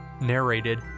narrated